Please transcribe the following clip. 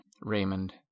Raymond